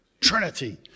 Trinity